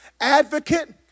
advocate